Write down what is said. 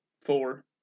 Four